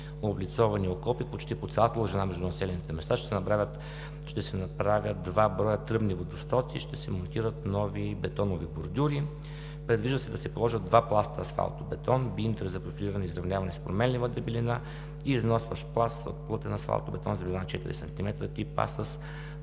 облицовани окопи почти по цялата дължина между населените места, ще се направят два броя тръбни водостоци и ще се монтират нови бетонови бордюри. Предвижда се да се положат два пласта асфалтобетон – биндер за профилиране и изравняване с променлива дебелина и износващ пласт от плътен асфалтобетон с дебелина 4 см, тип А с